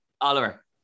Oliver